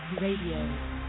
RADIO